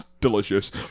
Delicious